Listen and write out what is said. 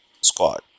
squad